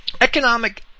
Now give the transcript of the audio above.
economic